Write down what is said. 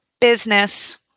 Business